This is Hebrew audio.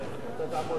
אלקין,